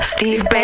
Steve